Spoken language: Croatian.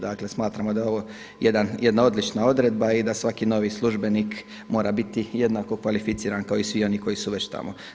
Dakle smatramo da je ovo jedna odlična odredba i da svaki novi službenik mora biti jednako kvalificiran kao i svi oni koji su već tamo.